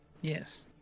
Yes